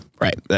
Right